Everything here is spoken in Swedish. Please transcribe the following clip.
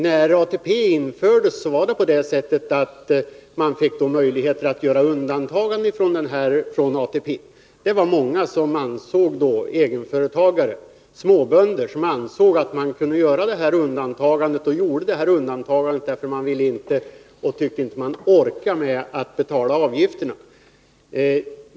När ATP-systemet infördes fick man möjlighet att göra undantag från ATP. Det var många egenföretagare — småbönder — som då ansåg att de kunde göra detta undantag, och gjorde det, därför att de inte tyckte att de orkade med att betala avgifterna.